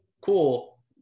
cool